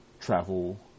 travel